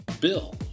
Bill